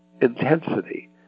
intensity